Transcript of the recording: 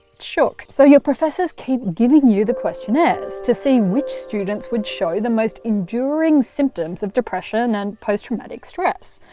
shook. so your professors keep giving you the questionnaires to see which students would show the most enduring symptoms of depression and post-traumatic stress.